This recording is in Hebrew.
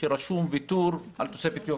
כשרשום ויתור על תוספת יוקר.